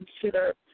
consider